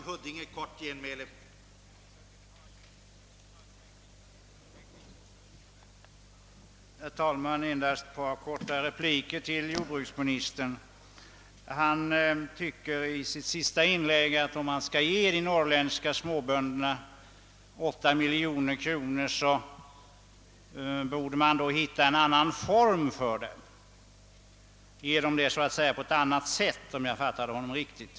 Herr talman! Endast några korta repliker till jordbruksministern! Jordbruksministern sade i sitt senaste inlägg, att om man skall ge de norrländska småbönderna 8 miljoner kronor, så borde man finna en annan form härför — man borde ge dem motsvarande belopp på ett annat sätt, om jag fattade jordbruksministern rätt.